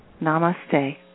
namaste